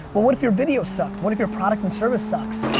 well, what if your video sucked? what if your product and service sucks?